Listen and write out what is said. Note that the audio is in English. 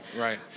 right